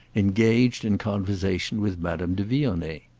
engaged in conversation with madame de vionnet.